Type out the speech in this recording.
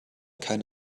kein